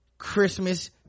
christmas